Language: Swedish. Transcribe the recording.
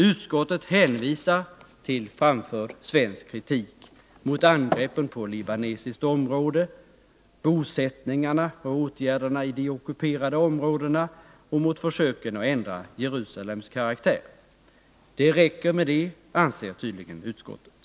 Utskottet hänvisar till framförd svensk kritik mot angreppen mot libanesiskt område, bosättningarna och åtgärderna i de ockuperade områdena och mot försöken att ändra Jerusalems karaktär. Det räcker med det, anser tydligen utskottet.